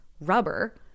rubber